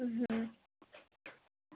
হুম হুম